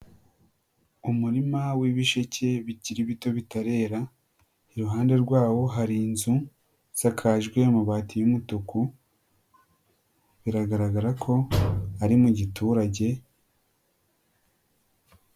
Umurima w'ibisheke bikiri bito bitarera, iruhande rwawo hari inzu isakajwe amabati y'umutuku, biragaragara ko ari mu giturage.